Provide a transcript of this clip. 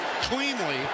cleanly